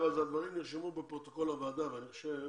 הדברים נרשמו בפרוטוקול הוועדה ואני חושב